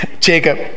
Jacob